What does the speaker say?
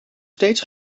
steeds